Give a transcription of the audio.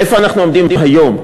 איפה אנחנו עומדים היום?